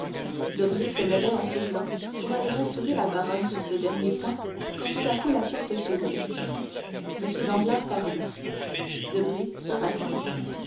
dit-elle debray se levait en souriant pour aller rassurer la baronne sur ce dernier point quand tout à coup la porte s'ouvrit m danglars parut debray se